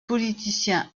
politicien